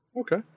Okay